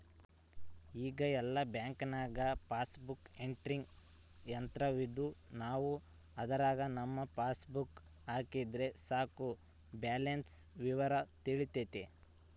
ಈಗ ಎಲ್ಲ ಬ್ಯಾಂಕ್ನಾಗ ಪಾಸ್ಬುಕ್ ಎಂಟ್ರಿ ಯಂತ್ರವಿದ್ದು ನಾವು ಅದರಾಗ ನಮ್ಮ ಪಾಸ್ಬುಕ್ ಹಾಕಿದರೆ ಸಾಕು ಬ್ಯಾಲೆನ್ಸ್ ವಿವರ ತಿಳಿತತೆ